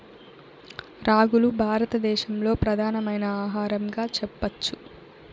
రాగులు భారత దేశంలో ప్రధానమైన ఆహారంగా చెప్పచ్చు